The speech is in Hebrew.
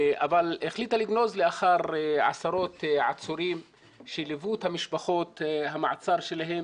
אבל החליטה לגנוז לאחר עשרות עצורים שליוו את המשפחות המעצר שלהם,